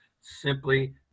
simply